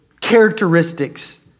characteristics